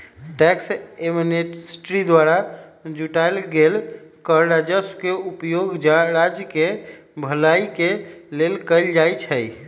tax amnesty द्वारा जुटाएल गेल कर राजस्व के उपयोग राज्य केँ भलाई के लेल कएल जाइ छइ